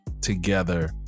together